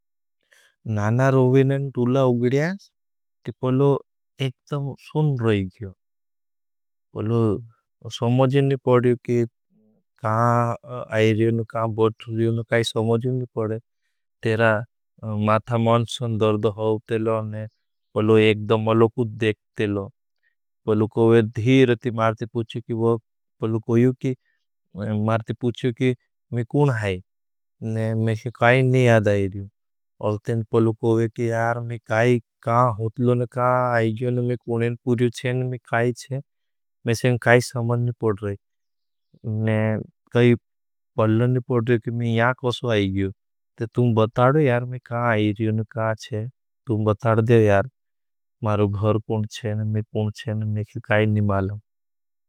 नाना रोविनेन टुला उगड़िया, ती पलो एक्टम सुन रही गयो। पलो समझीन नी पड़ियो की काँ आईरियोन, काँ बट्शुरियोन काई समझीन नी पड़े। तेरा माथा मांशन दर्द होतेलो ने पलो एक्टम अलकुद देखतेलो। पलो कोईवे धीरती मारते पूछियो की मैं कुन हाई। मैं कहा काई नी आदा आईरियो। अल ते पलो कोईवे की यार मैं काँ होतलो न काँ आईग्यो न मैं कुन हैं पूछियो चेन। मैं काई चेन, मैं सें काई समझ नी पढ़ रही। पलो कोईवे की यार मैं काई आईग्यो न मैं कुन हैं पूछियो चेन, मैं काई समझ नी पढ़ रही।